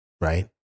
right